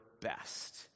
best